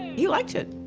he liked it.